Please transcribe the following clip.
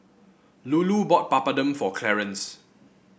Lulu bought Papadum for Clarence